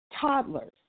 toddlers